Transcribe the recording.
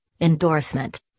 endorsement